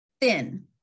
thin